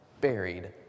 buried